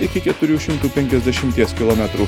iki keturių šimtų penkiasdešimties kilometrų